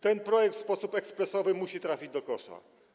Ten projekt w sposób ekspresowy musi trafić do kosza.